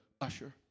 usher